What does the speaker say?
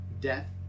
death